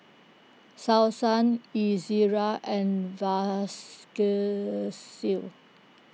Selsun Ezerra and Vasgisil